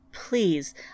Please